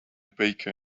baker